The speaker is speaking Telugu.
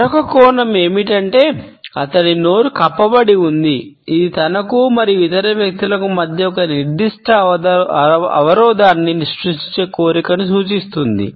మరొక కోణం ఏమిటంటే అతని నోరు కప్పబడి ఉంది ఇది తనకు మరియు ఇతర వ్యక్తుల మధ్య ఒక నిర్దిష్ట అవరోధాన్ని సృష్టించే కోరికను సూచిస్తుంది